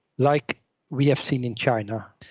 like we have seen in china.